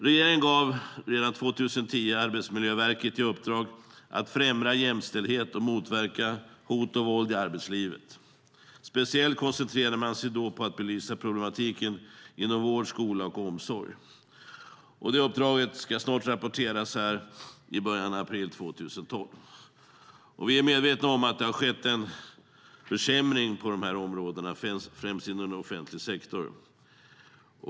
Regeringen gav redan 2010 Arbetsmiljöverket i uppdrag att främja jämställdhet och motverka hot och våld i arbetslivet. Speciellt koncentrerade man sig då på att belysa problematiken inom vård, skola och omsorg. Uppdraget ska snart rapporteras i början av april 2012. Vi är medvetna om att det har skett en försämring på de här områdena, främst inom offentlig sektor.